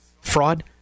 fraud